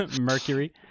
Mercury